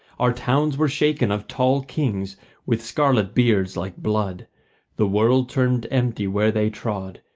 our towns were shaken of tall kings with scarlet beards like blood the world turned empty where they trod,